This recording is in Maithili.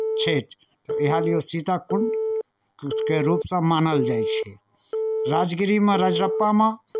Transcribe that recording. छथि इएह लिए सीता कुण्डके रूपसँ मानल जाइ छै राजगिरिमे रजरप्पामे